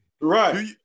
Right